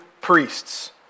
priests